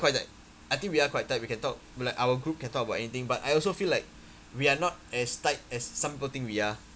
quite tight I think we are quite tight we can talk I mean like our group can talk about anything but I also feel like we are not as tight as some people think we are